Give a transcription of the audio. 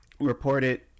reported